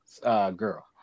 girl